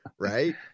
right